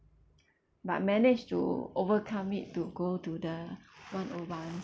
but managed to overcome it to go to the one O one